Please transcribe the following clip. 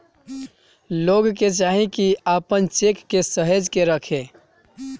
लोग के चाही की आपन चेक के सहेज के रखे